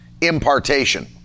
impartation